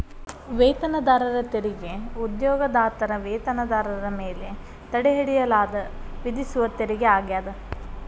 ವೇತನದಾರರ ತೆರಿಗೆ ಉದ್ಯೋಗದಾತರ ವೇತನದಾರರ ಮೇಲೆ ತಡೆಹಿಡಿಯಲಾದ ವಿಧಿಸುವ ತೆರಿಗೆ ಆಗ್ಯಾದ